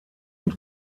und